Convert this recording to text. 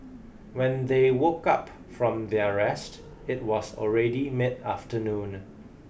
when they woke up from their rest it was already mid afternoon